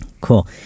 cool